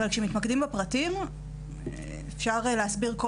אבל כשמתמקדים בפרטים אפשר להסביר כל